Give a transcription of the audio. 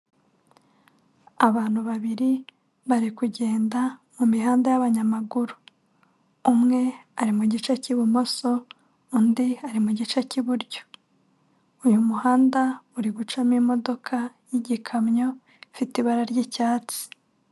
Abantu babiri bari kugenda mu mihanda y'abanyamaguru, umwe ari mu gice cy'ibumoso undi ari mu gice cy'iburyo, uyu muhanda uri gucamo imodoka y'igikamyo ifite ibara ry'icyatsi.